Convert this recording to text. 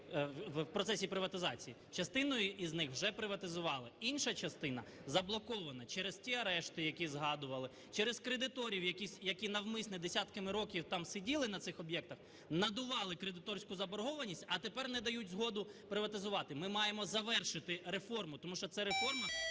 В процесі приватизації. Частину із них вже приватизували, інша частина заблокована через ті арешти, які згадували, через кредиторів, які навмисно десятками років там сиділи, на цих об'єктах, надували кредиторську заборгованість, а тепер не дають згоду приватизувати. Ми маємо завершити реформу, тому що ця реформа,